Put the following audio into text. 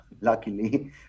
luckily